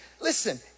listen